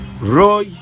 Roy